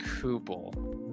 Kubel